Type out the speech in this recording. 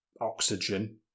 oxygen